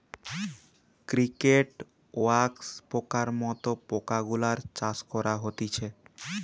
cricket, wax পোকার মত পোকা গুলার চাষ করা হতিছে